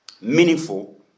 meaningful